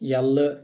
یلہٕ